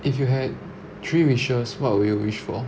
if you had three wishes what will you wish for